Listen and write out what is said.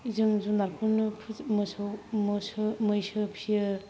जों जुनारखौनो मोसौ मैसो फिसियो